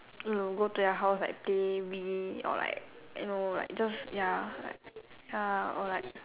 we will go to your house like play Wii or like you know like just ya like ya or like